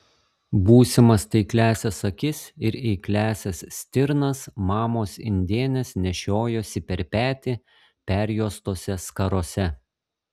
būsimas taikliąsias akis ir eikliąsias stirnas mamos indėnės nešiojosi per petį perjuostose skarose